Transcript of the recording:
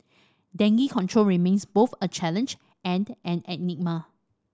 dengue control remains both a challenge and an enigma